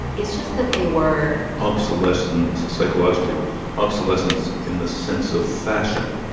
it's just that they were. obsolescent psychologically obsolescence in the sense of fashion,